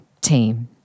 team